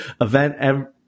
event